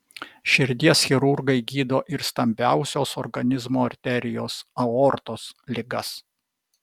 širdies chirurgai gydo ir stambiausios organizmo arterijos aortos ligas